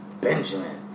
Benjamin